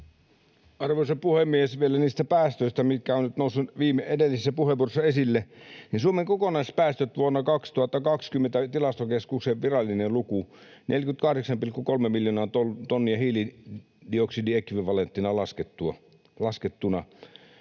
Arvoisa puhemies! Vielä niistä päästöistä, mitkä ovat nyt nousseet edellisissä puheenvuoroissa esille. Suomen kokonaispäästöt vuonna 2020, Tilastokeskuksen virallinen luku, ovat 48,3 miljoonaa tonnia hiilidioksidiekvivalenttina laskettuna.